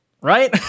right